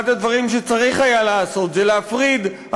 אחד הדברים שצריך היה לעשות זה להפריד את